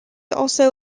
also